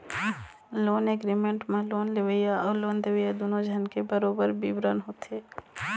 loan agreement म loan लेवइया अउ लोन देवइया दूनो झन के बरोबर बिबरन होथे